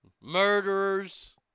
murderers